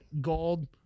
gold